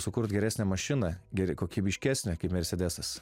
sukurt geresnę mašiną geri kokybiškesnę mersedesas